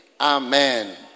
amen